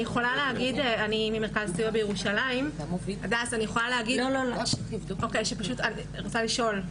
אני ממרכז הסיוע בירושלים אני רוצה לשאול,